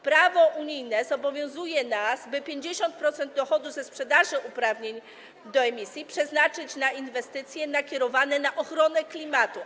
Prawo unijne zobowiązuje nas, by 50% dochodu ze sprzedaży uprawnień do emisji przeznaczyć na inwestycje nakierowane na ochronę klimatu.